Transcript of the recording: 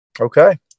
Okay